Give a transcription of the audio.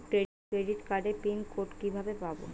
নতুন ক্রেডিট কার্ডের pin code কিভাবে পাব?